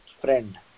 friend